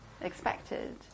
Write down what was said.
expected